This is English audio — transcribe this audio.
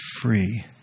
free